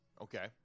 Okay